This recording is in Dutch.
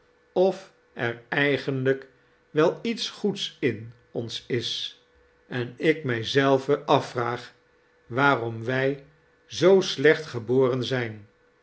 of er eigenlijk wel iets goeds in ons is en ik mij zelven afvraag waarom wij zoo slecht geboren zijn